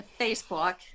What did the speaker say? Facebook